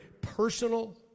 personal